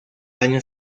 año